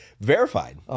Verified